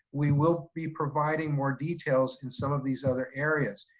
we will be providing more details in some of these other areas.